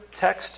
text